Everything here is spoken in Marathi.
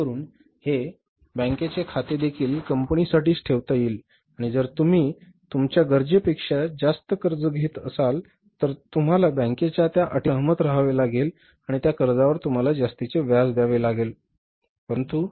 जेणेकरुन हे बँकेचे खातेदेखील कंपनीसाठीच ठेवता येईल आणि जर तुम्ही तुमच्या गरजेपेक्षा जास्त कर्ज घेत असाल तर तुम्हाला बँकेच्या त्या अटींशी सहमत रहावे लागेल आणि त्या कर्जावर तुम्हाला जास्तीचे व्याज द्यावे लागेल